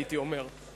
הייתי אומר,